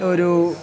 ഒരു